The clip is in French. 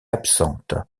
absente